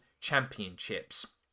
Championships